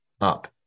up